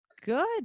Good